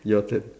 your turn